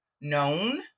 known